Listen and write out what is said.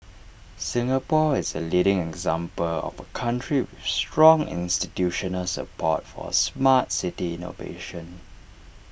Singapore is A leading example of A country with strong institutional support for Smart City innovation